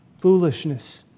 Foolishness